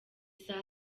saa